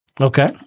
Okay